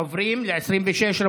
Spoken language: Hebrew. עוברים ל-27.